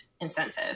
incentive